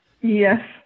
Yes